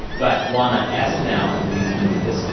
but juana, as of now, i believe you can do this.